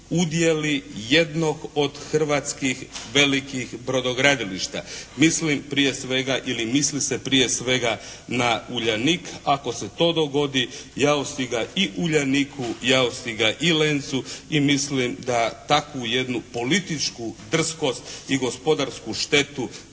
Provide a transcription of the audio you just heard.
udjeli jednog od hrvatskih velikih brodogradilištima. Mislim prije svega ili misli se prije svega na "Uljanik". Ako se to dogodi jao si ga i "Uljaniku", jao si ga i "Lencu" i mislim da takvu jednu političku drskost i gospodarsku štetu